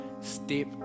step